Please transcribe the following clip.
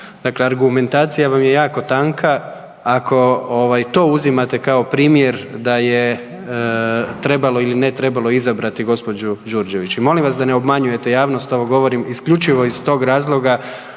Dakle, argumentacija vam je jako tanka ako ovaj to uzimate kao primjer da je trebalo ili ne trebalo izabrati gđu. Đurđević. I molim vas da ne obmanjujete javnost, ovo govorim isključivo iz tog razloga